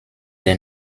der